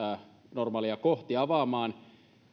normaalia kohti avaamaan